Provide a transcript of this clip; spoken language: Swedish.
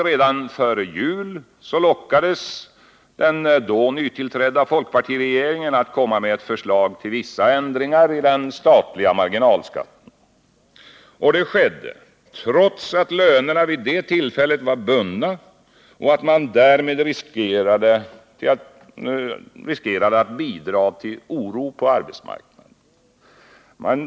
Redan före jul lockades således den då nytillträdda folkpartiregeringen att komma med ett förslag till vissa ändringar i de statliga marginalskatterna. Det skedde trots att lönerna vid det tillfället var bundna och man därmed riskerade att bidra till oro på arbetsmarknaden.